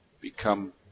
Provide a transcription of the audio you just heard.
become